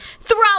throw